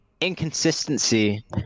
inconsistency